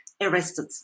arrested